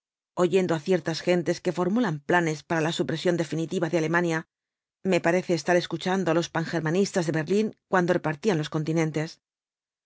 oyendo á ciertas gentes que formulan planes para la supresión definitiva de alemania me parece estar escuchando á los pangerraanistas de berlín cuando repartían los continentes